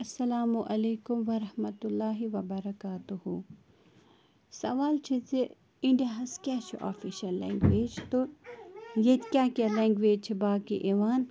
السلام علیکُم ورحمتُہ اللہ وَبَرکاتہوٗ سوال چھُ زِ اِنڈیاہَس کیٛاہ چھُ آفِشَل لینٛگویج تہٕ ییٚتہِ کیٛاہ کیٛاہ لینٛگویج چھِ باقی یِوان